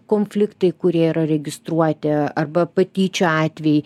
konfliktai kurie yra registruoti arba patyčių atvejai